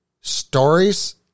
stories